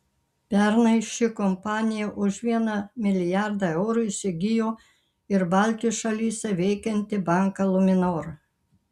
pernai ši kompanija už vieną milijardą eurų įsigijo ir baltijos šalyse veikiantį banką luminor